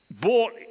bought